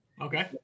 Okay